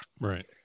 Right